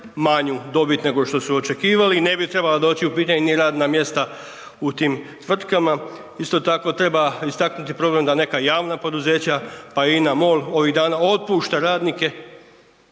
manju dobit nego što su očekivali i ne bi trebala doći u pitanje ni radna mjesta u tim tvrtkama. Isto tako treba istaknuti problem da neka javna poduzeća, pa i INA-MOL ovih dana otpušta radnike